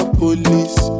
police